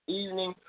evening